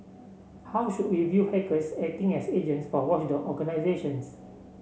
how should we view hackers acting as agents for watchdog organisations